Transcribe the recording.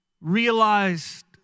realized